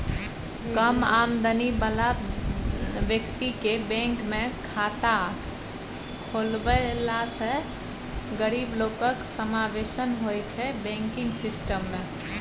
कम आमदनी बला बेकतीकेँ बैंकमे खाता खोलबेलासँ गरीब लोकक समाबेशन होइ छै बैंकिंग सिस्टम मे